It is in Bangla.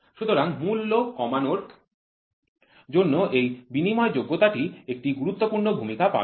সুতরাং মূল্য কমানোর জন্য এই বিনিময়যোগ্যতা টি একটি গুরুত্বপূর্ণ ভূমিকা পালন করে